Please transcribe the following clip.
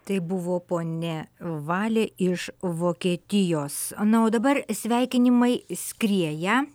tai buvo ponia valė iš vokietijos na o dabar sveikinimai skrieja